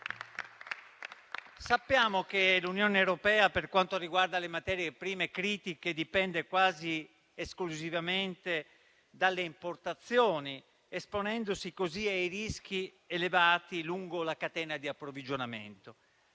Sappiamo che l'Unione europea, per quanto riguarda le materie prime critiche, dipende quasi esclusivamente dalle importazioni, esponendosi così ai rischi elevati lungo la catena di approvvigionamento.